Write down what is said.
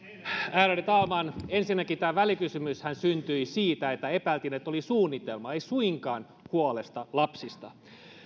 ärade talman ensinnäkin tämä välikysymyshän syntyi siitä että epäiltiin että oli suunnitelma ei suinkaan huolesta lapsista